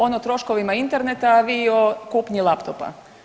On o troškovima interneta, a vi o kupnji laptopa.